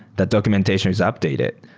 that documentation is updated.